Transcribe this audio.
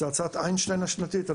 זאת הרצאת איינשטיין השנתית.